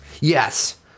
Yes